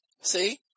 see